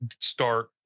start